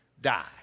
die